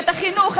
את החינוך,